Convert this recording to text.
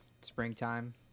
springtime